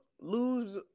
Lose